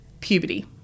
Puberty